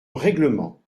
règlement